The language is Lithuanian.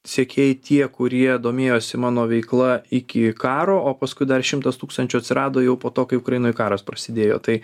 sekėjai tie kurie domėjosi mano veikla iki karo o paskui dar šimtas tūkstančių atsirado jau po to kai ukrainoj karas prasidėjo tai